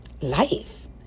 life